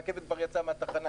הרכבת כבר יצאה מהתחנה,